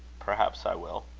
perhaps i will.